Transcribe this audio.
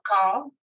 call